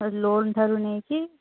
ଲୋନ୍ଠାରୁ ନେଇକି